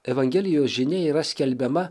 evangelijos žinia yra skelbiama